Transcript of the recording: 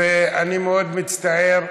ואני מאוד מצטער,